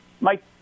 Mike